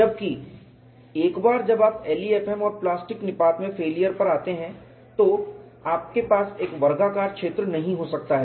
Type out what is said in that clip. जबकि एक बार जब आप LEFM और प्लास्टिक निपात में फेलियर पर आते हैं तो आपके पास एक वर्गाकार क्षेत्र नहीं हो सकता है